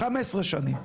15 שנים.